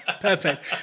Perfect